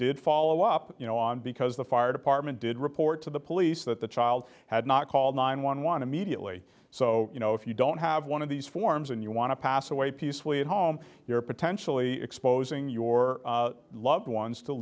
did follow up on because the fire department did report to the police that the child had not called nine one one immediately so you know if you don't have one of these forms and you want to pass away peacefully at home you're potentially exposing your loved ones